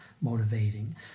motivating